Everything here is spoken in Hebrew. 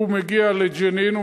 הוא מגיע לג'נין,